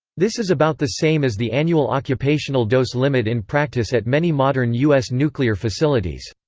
this is about the same as the annual occupational dose limit in practice at many modern u s. nuclear facilities.